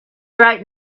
right